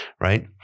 right